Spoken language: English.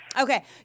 Okay